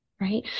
right